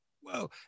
whoa